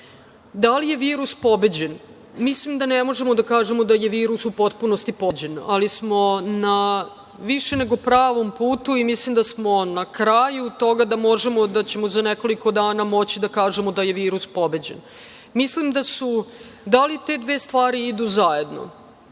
li je virus pobeđen? Mislim da ne možemo da kažemo da je virus u potpunosti pobeđen, ali smo na više nego pravom putu i mislim da smo na kraju toga i da ćemo za nekoliko dana moći da kažemo da je virus pobeđen. Da li te dve stvari idu zajedno?